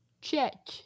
Check